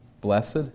Blessed